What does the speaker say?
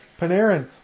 Panarin